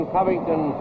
Covington